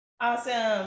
Awesome